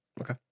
Okay